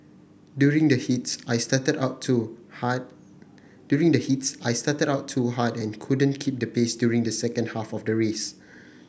during the heats I started out too hard during the heats I started out too hard and couldn't keep the pace during the second half of the race